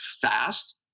fast